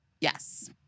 yes